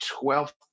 Twelfth